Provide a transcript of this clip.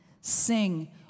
Sing